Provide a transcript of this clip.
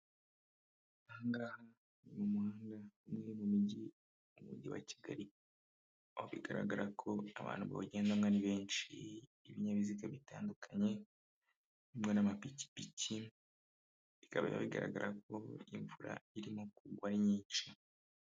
Ahangaha ni mu muhanda umwe uri mu mujyi, mu Mujyi wa Kigali, aho bigaragara ko abantu bawugendamo ari benshi, ibinyabiziga bitandukanye birimo n'amapikipiki. Bikaba bigaragara ko imvura irimo kugwa ari nyinshi.